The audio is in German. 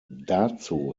dazu